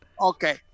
Okay